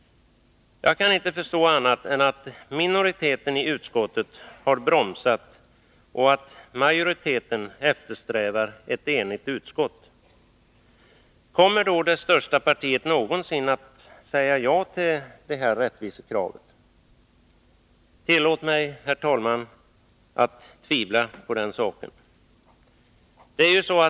Jag kan inte förstå annat än att minoriteten i utskottet har bromsat och att majoriteten eftersträvar ett enigt utskott. Kommer då det största partiet någonsin att säga jatill detta rättvisekrav? Tillåt mig, herr talman, att tvivla på den saken.